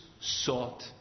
sought